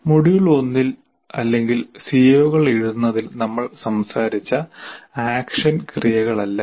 module 1 ൽ അല്ലെങ്കിൽ CO കൾ എഴുതുന്നതിൽ നമ്മൾ സംസാരിച്ച ആക്ഷൻ ക്രിയകളല്ല ഇവ